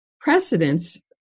precedents